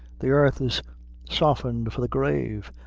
the airth is softened for the grave,